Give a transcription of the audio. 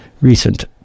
recent